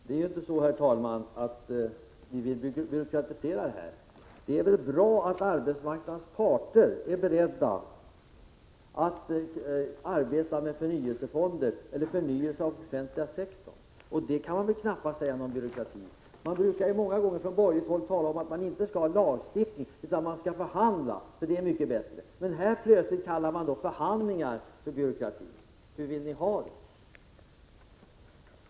Herr talman! Vi socialdemokrater vill inte byråkratisera. Det är bra att arbetsmarknadens parter är beredda att arbeta med förnyelsefonder och med förnyelse av den offentliga sektorn, och det kan knappast sägas vara byråkrati. Från borgerligt håll talas det ofta om att det är bättre med förhandlingar än lagstiftning, men nu kallas förhandlingar plötsligt för byråkrati. Hur vill ni ha det?